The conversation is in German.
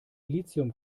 lithium